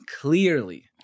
Clearly